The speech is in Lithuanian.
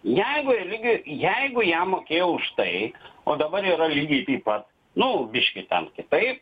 jeigu eligijui jeigu jam mokėjo už tai o dabar yra lygiai taip pat nu biškį kitaip